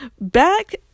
Back